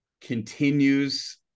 continues